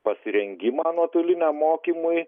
pasirengimą nuotoliniam mokymui